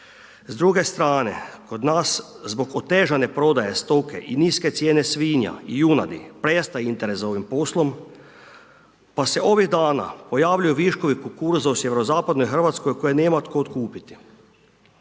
S druge strane, kod nas zbog otežane prodaje stoke i niske cijene svinja, junadi, prestaje interes za ovim poslom pa se ovih dana pojavljuju viškovi kukuruza u sjeverozapadnoj Hrvatskoj koje nema tko otkupiti.